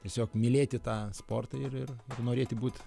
tiesiog mylėti tą sportą ir ir norėti būt